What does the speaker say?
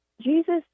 Jesus